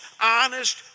honest